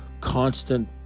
constant